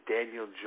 Daniel